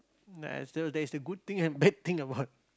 ah so there is a good thing and bad thing about